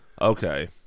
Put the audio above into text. Okay